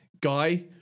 Guy